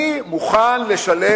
אני מוכן לשלם,